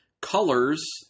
Colors